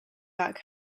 back